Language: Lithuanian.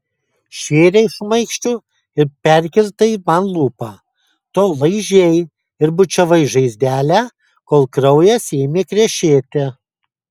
šėrei šmaikščiu ir perkirtai man lūpą tol laižei ir bučiavai žaizdelę kol kraujas ėmė krešėti